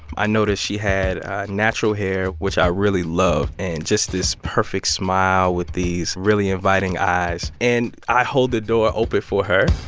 i noticed she had natural hair, which i really love, and just this perfect smile with these really inviting eyes. and i hold the door open for her